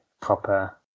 proper